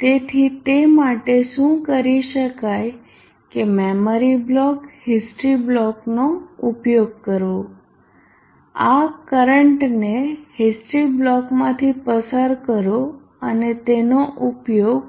તેથી તે માટે શું કરી શકાય કે મેમરી બ્લોક હિસ્ટ્રી બ્લોક નો ઉપયોગ કરવો આ કરંટને હિસ્ટ્રી બ્લોકમાંથી પસાર કરો અને તેનો ઉપયોગ